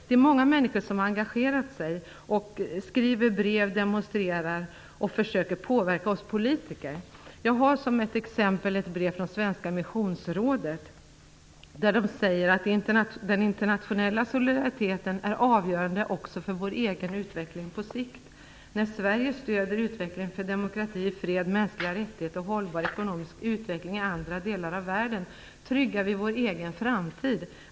Det är många människor som engagerat sig, skriver brev, demonstrerar och söker påverka oss politiker. Jag har som ett exempel ett brev från Svenska Missionsrådet. Det säger: "Den internationella solidariteten är avgörande också för får egen utveckling på sikt. - När Sverige stöder utveckling för demokrati, fred, mänskliga rättigheter och hållbar ekonomisk utveckling i andra delar av världen tryggar vi vår egen framtid.